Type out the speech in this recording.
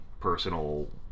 personal